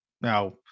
Now